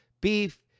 beef